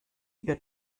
ihr